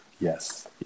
Yes